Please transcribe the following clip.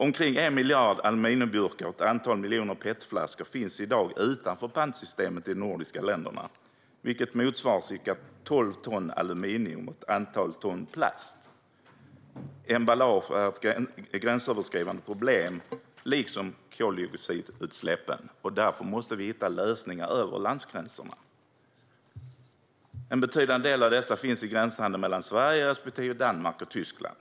Omkring 1 miljard aluminiumburkar och ett antal miljoner petflaskor finns i dag utanför pantsystemen i de nordiska länderna, vilket motsvarar cirka tolv ton aluminium och ett antal ton plast. Emballage är ett gränsöverskridande problem liksom koldioxidutsläppen, och därför måste vi hitta lösningar över landgränserna. En betydande del av dessa finns i gränshandeln mellan Sverige och Danmark respektive Tyskland.